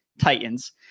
Titans